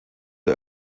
der